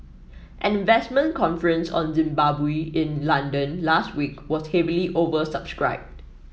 an investment conference on Zimbabwe in London last week was heavily oversubscribed